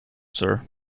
sir